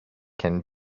can